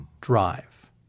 drive